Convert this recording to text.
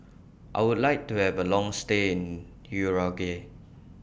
I Would like to Have A Long stay in Uruguay